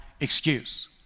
excuse